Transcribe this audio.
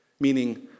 Meaning